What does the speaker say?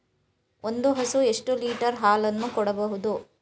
ಒಂದು ಹಸು ಎಷ್ಟು ಲೀಟರ್ ಹಾಲನ್ನು ಕೊಡಬಹುದು?